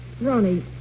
Ronnie